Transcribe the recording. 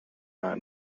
not